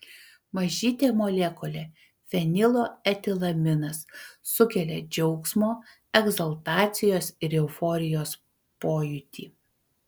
mažytė molekulė fenilo etilaminas sukelia džiaugsmo egzaltacijos ir euforijos pojūtį